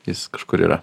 jis kažkur yra